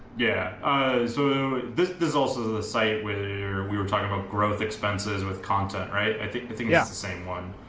yeah so this is also the site where we were talking about growth expenses with content, right? i think this yeah is the same one.